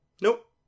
nope